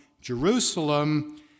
Jerusalem